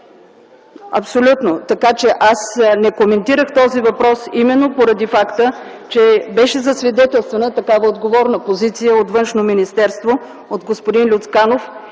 Абсолютно. Така, че аз не коментирах този въпрос именно поради факта, че беше засвидетелствана такава отговорна позиция от Външно министерство – от господин Люцканов,